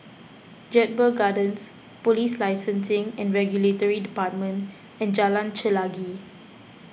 Jedburgh Gardens Police Licensing and Regulatory Department and Jalan Chelagi